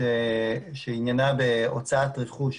שעניינה בהוצאת רכוש,